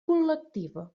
col·lectiva